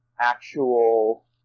actual